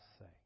say